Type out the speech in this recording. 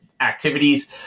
activities